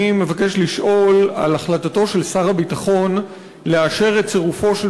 אני מבקש לשאול על החלטתו של שר הביטחון לאשר את צירופו של